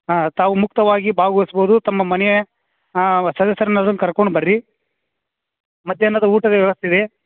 ಹಾಂ ತಾವು ಮುಕ್ತವಾಗಿ ಭಾಗವಯ್ಸ್ಬೋದು ತಮ್ಮ ಮನೆ ಸದಸ್ಯರ್ನದನ್ನ ಕರ್ಕೊಂಡು ಬನ್ರಿ ಮಧ್ಯಾಹ್ನದ ಊಟ ವ್ಯವಸ್ಥೆ ಇದೆ